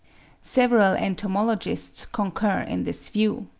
several entomologists concur in this view.